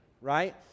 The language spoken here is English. right